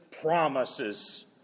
promises